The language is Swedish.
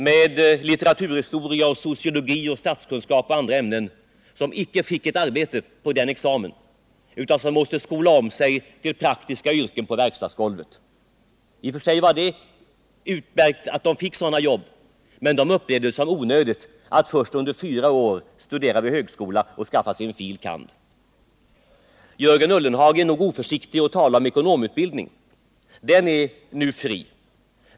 med litteraturhistoria, sociologi, statskunskap och andra ämnen och Fritt tillträde till inte fick ett arbete efter den examen utan måste skola om sig till praktiska yrken på verkstadsgolvet? I och för sig var det utmärkt att de fick sådana jobb, men de upplevde det som onödigt att först under fyra år studera vid högskola och skaffa sig en fil. kand. Jörgen Ullenhag är nog oförsiktig att tala om ekonomutbildningen. Den är nu fri.